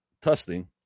testing